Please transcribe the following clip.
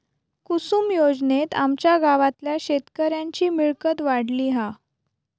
कुसूम योजनेत आमच्या गावातल्या शेतकऱ्यांची मिळकत वाढली हा